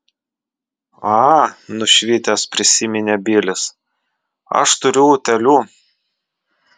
a nušvitęs prisiminė bilis aš turiu utėlių